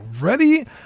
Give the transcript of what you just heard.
ready